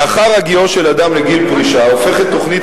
לאחר הגיעו של אדם לגיל פרישה הופכת תוכנית